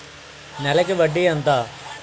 నెలకి వడ్డీ ఎంత?